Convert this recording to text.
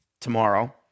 tomorrow